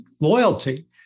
loyalty